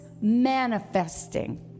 Manifesting